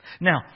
Now